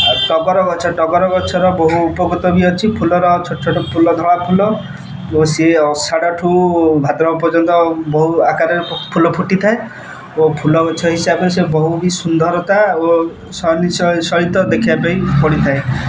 ଟଗର ଗଛ ଟଗର ଗଛର ବହୁ ଉପକୃତ ବି ଅଛି ଫୁଲର ଛୋଟ ଛୋଟ ଫୁଲ ଧଳା ଫୁଲ ଓ ସିଏ ଅଶାଢ଼ ଠୁ ଭାଦ୍ରବ ପର୍ଯ୍ୟନ୍ତ ବହୁ ଆକାରରେ ଫୁଲ ଫୁଟିଥାଏ ଓ ଫୁଲ ଗଛ ହିସାବରେ ସେ ବହୁ ବି ସୁନ୍ଦରତା ଓ ସହିତ ଦେଖିବା ପାଇଁ ପଡ଼ିଥାଏ